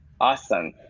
Awesome